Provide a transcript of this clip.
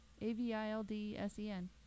A-V-I-L-D-S-E-N